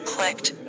Clicked